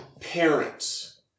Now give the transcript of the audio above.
parents